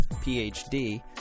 Ph.D